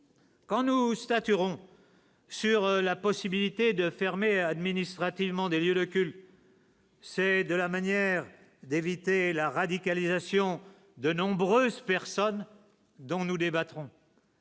Quand nous statueront. Sur la possibilité de fermer administrativement des lieux de culte. C'est de la manière d'éviter la radicalisation de nombreuses personnes dont nous débattrons.